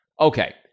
Okay